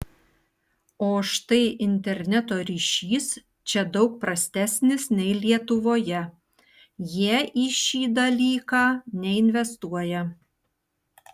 o štai interneto ryšys čia daug prastesnis nei lietuvoje jie į šį dalyką neinvestuoja